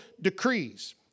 decrees